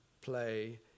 play